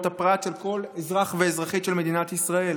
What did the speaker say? הפרט של כל אזרח ואזרחית של מדינת ישראל.